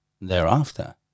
Thereafter